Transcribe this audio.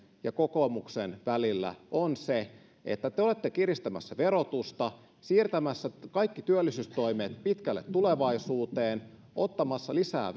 ja kokoomuksen välillä on se että te olette kiristämässä verotusta siirtämässä kaikki työllisyystoimet pitkälle tulevaisuuteen ottamassa lisää